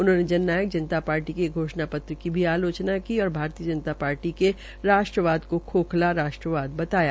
उन्होंने जन नायक जनता पार्टी के घोषणा पत्र की भी आलोचना की और भारतीय जनता पार्टी के राष्ट्रवाद को खोखला राष्ट्रवाद बताया